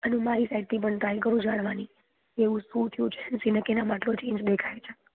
અને હું મારી સાઇડથી પણ ટ્રાય કરું જાણવાની એવું શું થયુ છે હેનસીને કેનામાં એટલો ચેન્જ દેખાય છે